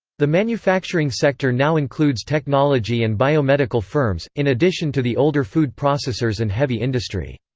the manufacturing sector now includes technology and biomedical firms, in addition to the older food processors and heavy industry.